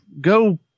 go